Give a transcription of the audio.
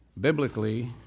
Biblically